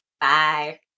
bye